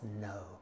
no